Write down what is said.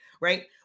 Right